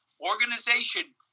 organization